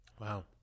Wow